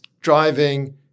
driving